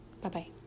Bye-bye